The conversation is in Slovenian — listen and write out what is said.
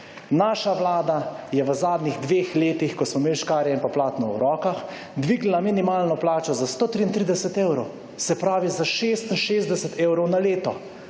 Naša Vlada je v zadnjih dveh letih, ko smo imeli škarje in pa platno v rokah, dvignila minimalno plačo za 133 evrov, se pravi za 66 evrov na leto.